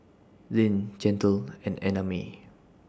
Zayne Chantal and Annamae